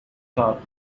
stable